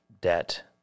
debt